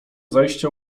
zajścia